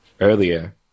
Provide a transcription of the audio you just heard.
earlier